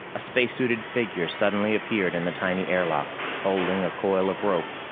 a spacesuited figure suddenly appeared in the tiny airlock, holding a coil of rope.